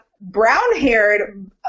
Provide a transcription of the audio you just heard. brown-haired